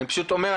אני פשוט אומר,